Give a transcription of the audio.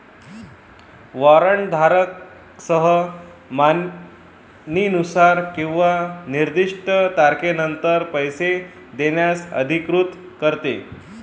warrant धारकास मागणीनुसार किंवा निर्दिष्ट तारखेनंतर पैसे देण्यास अधिकृत करते